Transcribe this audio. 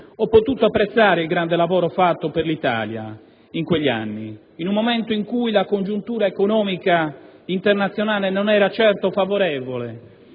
ho potuto apprezzare il grande lavoro fatto per l'Italia durante quegli anni, in un momento in cui la congiuntura economica internazionale non era certo favorevole